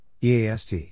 EAST